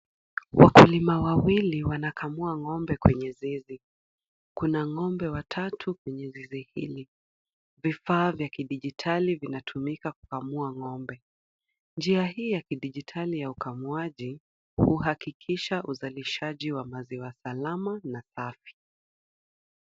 Wakulima wawili wanakamua ng'ombe kwenye zizi. Kuna ng'ombe watatu kwenye zizi hili. Vifa vya kijiditali vinatumika kukamua ng'ombe. Njia hii ya kijiditali ya ukamuaji huhakikisha uzalishaji wa maziwa salama na safi.